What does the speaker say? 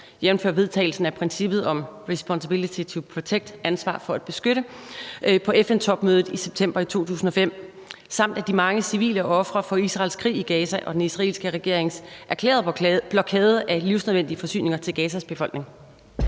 jf. vedtagelsen af princippet om Responsibility to Protect (»ansvar for at beskytte«) på FN-topmødet den 14.-16. september 2005 samt de mange civile ofre for Israels krig i Gaza og den israelske regerings erklærede blokade af livsnødvendige forsyninger til Gazas befolkning?